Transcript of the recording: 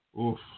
Oof